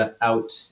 out